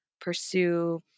pursue